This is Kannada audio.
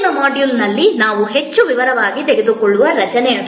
ಮುಂದಿನ ಮಾಡ್ಯೂಲ್ನಲ್ಲಿ ನಾವು ಹೆಚ್ಚು ವಿವರವಾಗಿ ತೆಗೆದುಕೊಳ್ಳುವ ರಚನೆ ಅದು